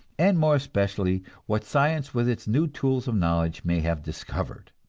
and more especially what science with its new tools of knowledge may have discovered.